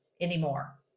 anymore